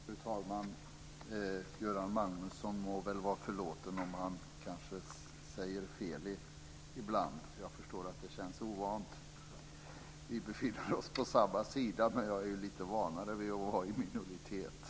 Fru talman! Göran Magnusson må väl vara förlåten om han säger fel ibland. Jag förstår att situationen känns ovan. Vi befinner oss på samma sida, men jag är ju lite vanare vid att vara i minoritet.